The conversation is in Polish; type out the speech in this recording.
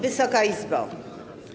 Wysoka Izbo!